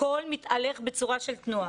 הכול מתהלך בצורה של תנועה.